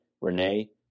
Renee